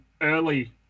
early